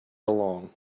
along